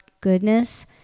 goodness